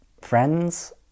friends